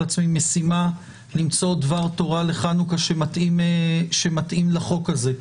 עצמי משימה למצוא דבר תורה לחנוכה שמתאים לחוק הזה.